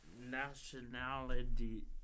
nationality